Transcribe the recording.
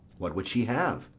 what would she have?